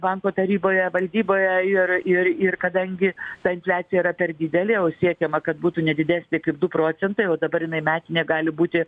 banko taryboje valdyboje ir ir ir kadangi ta infliacija yra per didelė o siekiama kad būtų ne didesnė kaip du procentai o dabar jinai metinė gali būti